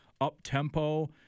up-tempo